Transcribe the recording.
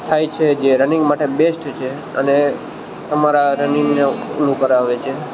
થાય છે જે રનિંગ માટે બેસ્ટ છે અને તમારા રનિંગને ઓલું કરાવે છે